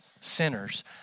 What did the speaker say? sinners